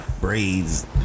braids